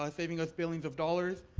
um saving us billions of dollars,